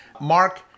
Mark